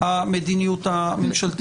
המדיניות הממשלתית.